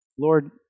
Lord